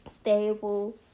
stable